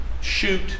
shoot